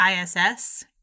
ISS